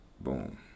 boom